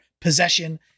possession